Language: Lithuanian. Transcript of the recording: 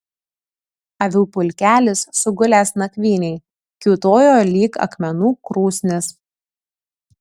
avių pulkelis sugulęs nakvynei kiūtojo lyg akmenų krūsnis